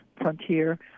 frontier